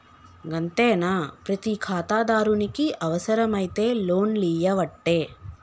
గంతేనా, ప్రతి ఖాతాదారునికి అవుసరమైతే లోన్లియ్యవట్టే